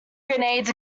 grenades